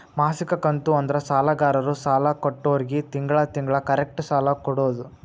ಮಾಸಿಕ ಕಂತು ಅಂದ್ರ ಸಾಲಗಾರರು ಸಾಲ ಕೊಟ್ಟೋರ್ಗಿ ತಿಂಗಳ ತಿಂಗಳ ಕರೆಕ್ಟ್ ಸಾಲ ಕೊಡೋದ್